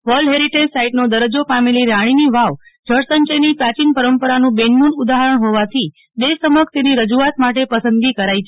world heritage સાઇટનો દરજ્જો પામેલી રાણીની વાવ જળ સંચયની પ્રાચીન પરંપરાનું બેનમૂન ઉદાહરણ હોવાથી દેશ સમક્ષ તેની રજૂઆત માટે પસંદગી કરાઇ છે